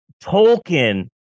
Tolkien